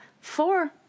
four